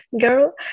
girl